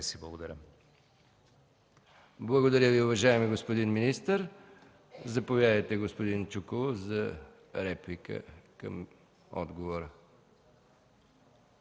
МИХАИЛ МИКОВ: Благодаря Ви, уважаеми господин министър. Заповядайте, господин Чуколов, за реплика към отговора.